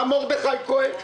גם מרדכי כהן,